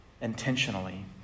intentionally